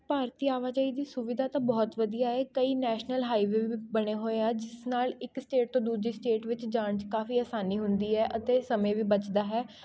ਭਾਰਤੀ ਆਵਾਜਾਈ ਦੀ ਸੁਵਿਧਾ ਤਾਂ ਬਹੁਤ ਵਧੀਆ ਹੈ ਕਈ ਨੈਸ਼ਨਲ ਹਾਈਵੇਅ ਵੀ ਬਣੇ ਹੋਏ ਆ ਜਿਸ ਨਾਲ ਇੱਕ ਸਟੇਟ ਤੋਂ ਦੂਜੀ ਸਟੇਟ ਵਿੱਚ ਜਾਣ 'ਚ ਕਾਫ਼ੀ ਅਸਾਨੀ ਹੁੰਦੀ ਹੈ ਅਤੇ ਸਮੇਂ ਵੀ ਬੱਚਦਾ ਹੈ